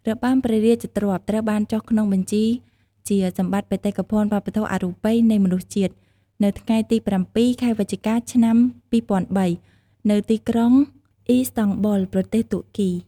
របាំព្រះរាជទ្រព្យ ត្រូវបានចុះក្នុងបញ្ជីជាសម្បត្តិបេតិកភណ្ឌវប្បធម៌អរូបីនៃមនុស្សជាតិ នៅថ្ងៃទី៧ ខែវិច្ឆិកា ឆ្នាំ២០០៣ នៅទីក្រុងអ៊ីស្តង់ប៊ុល ប្រទេសតួកគី។